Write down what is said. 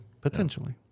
potentially